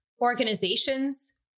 organizations